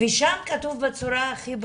ושם כתוב בצורה הכי ברורה,